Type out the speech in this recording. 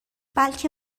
بلکه